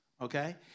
okay